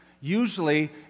usually